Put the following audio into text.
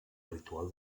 ritual